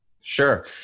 Sure